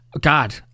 God